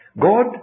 God